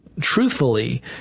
truthfully